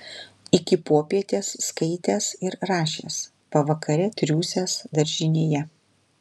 iki popietės skaitęs ir rašęs pavakare triūsęs daržinėje